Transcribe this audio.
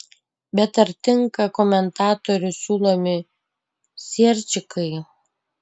bet ar tinka komentatorių siūlomi sierčikai